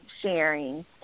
sharing